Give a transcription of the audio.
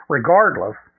Regardless